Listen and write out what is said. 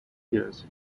years